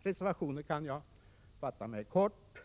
reservationer kan jag fatta mig kort.